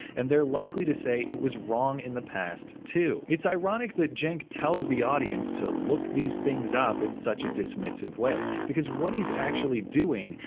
and they're likely to say, it was wrong in the past too. it's ironic, that cenk tells the audience to look these things up in such a dismissive way. because what he's actually doing,